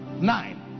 nine